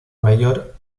mayor